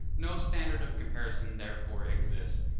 no standard of comparison therefore exists,